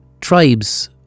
tribes